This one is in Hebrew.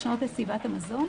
לשנות את סביבת המזון.